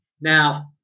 Now